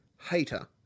hater